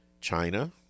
China